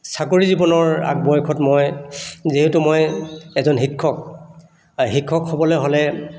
চাকৰি জীৱনৰ আগ বয়সত মই যিহেতু মই এজন শিক্ষক শিক্ষক হ'বলৈ হ'লে